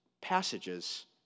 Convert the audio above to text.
passages